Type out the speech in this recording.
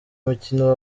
mukino